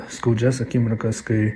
skaudžias akimirkas kai